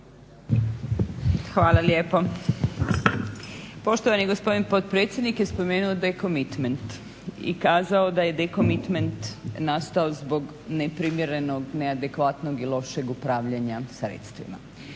hvala lijepo. Poštovani gospodin potpredsjednik je spomenuo decommitment i kazao da je decommitment nastao zbog neprimjerenog, neadekvatnog i lošeg upravljanja sredstvima.